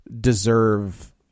deserve